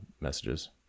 messages